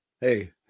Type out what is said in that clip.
Hey